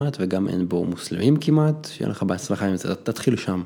וגם אין בו מוסלמים כמעט. שיהיה לך בהצלחה עם זה. תתחיל שם.